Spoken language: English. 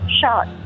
shot